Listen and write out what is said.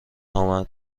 آمد